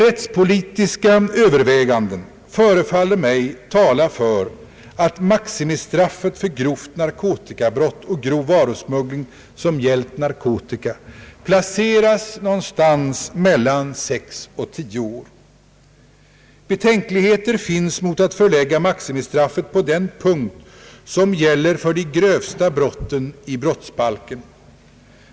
Rättspolitiska överväganden förefaller mig tala för att maximistraffet för grovt narkotikabrott och grov varusmuggling som gällt narkotika bör placeras någonstans mellan sex och tio år. Betänkligheter finns mot att förlägga maximistraffet på den nivå som gäller för de grövsta brotten i brottsbalken.